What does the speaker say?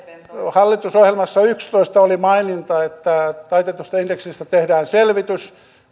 hallitusohjelmassa oli maininta että taitetusta indeksistä tehdään selvitys